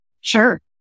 Sure